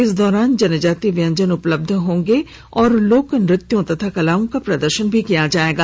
इस दौरान जनजातीय व्यंजन उपलब्ध होंगे और लोक नृत्यों तथा कलाओं का प्रदर्शन भी किया जायेगा